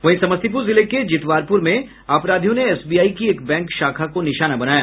वहीं समस्तीपुर जिले के जितवारपुर में अपराधियों ने एसबीआई की एक बैंक शाखा को निशाना बनाया